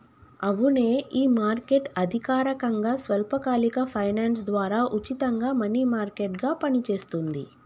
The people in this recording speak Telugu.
అవునే ఈ మార్కెట్ అధికారకంగా స్వల్పకాలిక ఫైనాన్స్ ద్వారా ఉచితంగా మనీ మార్కెట్ గా పనిచేస్తుంది